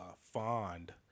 fond